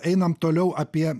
einam toliau apie